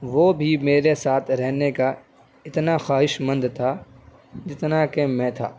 وہ بھی میرے ساتھ رہنے کا اتنا خواہش مند تھا جتنا کہ میں تھا